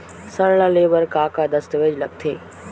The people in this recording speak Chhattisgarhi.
ऋण ले बर का का दस्तावेज लगथे?